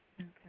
Okay